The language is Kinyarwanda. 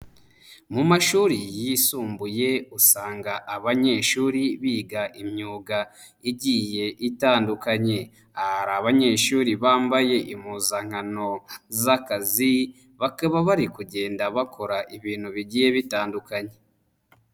Mu mashuri yisumbuye usanga abanyeshuri biga imyuga igiye itandukanye. Aha hari abanyeshuri bambaye impuzankano z'akazi, bakaba bari kugenda bakora ibintu bigiye bitandukanye.